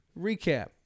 Recap